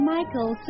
Michael